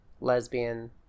lesbian